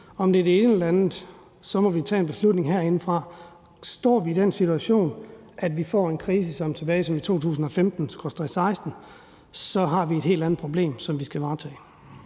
Om det er det ene eller det andet, så må vi tage en beslutning herindefra. Står vi i den situation, at vi får en krise som den tilbage i 2015 og 2016, så har vi et helt andet problem, som vi skal varetage.